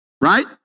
Right